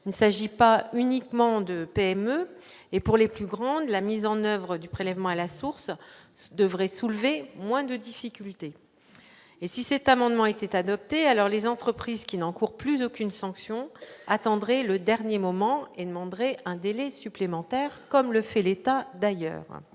ne s'agit pas uniquement de PME et pour les plus grandes, la mise en oeuvre du prélèvement à la source devrait soulever moins de difficultés, et si cette amendement était adopté alors les entreprises qui n'encourt plus aucune sanction attendraient le dernier moment et demanderaient un délai supplémentaire, comme le fait l'état, d'ailleurs,